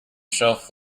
shelf